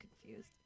confused